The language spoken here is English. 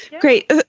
Great